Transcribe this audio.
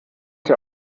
der